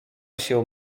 się